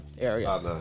area